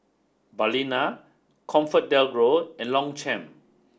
Balina ComfortDelGro and Longchamp